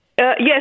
Yes